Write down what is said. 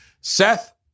Seth